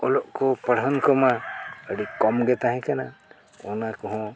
ᱚᱞᱚᱜ ᱠᱚ ᱯᱟᱲᱦᱟᱱ ᱠᱚᱢᱟ ᱟᱹᱰᱤ ᱠᱚᱢ ᱜᱮ ᱛᱟᱦᱮᱸ ᱠᱟᱱᱟ ᱚᱱᱟ ᱠᱚᱦᱚᱸ